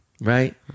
right